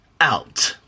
out